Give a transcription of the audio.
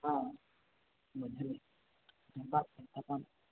हँ बुझलि